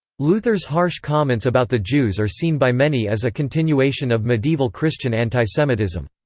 luther's harsh comments about the jews are seen by many as a continuation of medieval christian antisemitism.